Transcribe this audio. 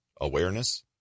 awareness